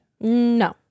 no